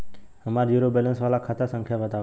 हमार zero balance वाला खाता संख्या वतावा?